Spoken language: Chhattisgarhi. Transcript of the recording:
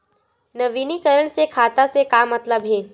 नवीनीकरण से खाता से का मतलब हे?